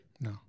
No